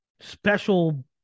special